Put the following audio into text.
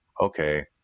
okay